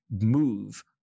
move